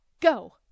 go